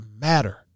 matter